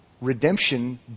redemption